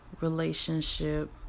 relationship